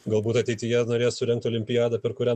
galbūt ateityje norės surengti olimpiadą per kurią